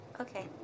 Okay